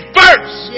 first